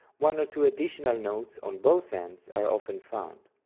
one or two additional notes on both ends are often found.